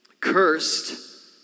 Cursed